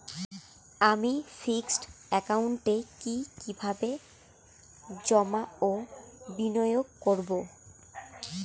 আমি ফিক্সড একাউন্টে কি কিভাবে জমা ও বিনিয়োগ করব?